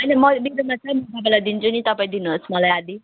होइन म मेरोमा छ नि तपाईँलाई दिन्छु नि तपाईँ दिनुहोस् मलाई आधी